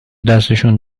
دستشون